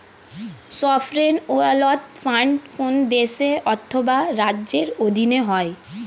sovereign wealth fund কোন দেশ অথবা রাজ্যের অধীনে হয়